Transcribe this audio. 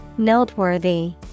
Noteworthy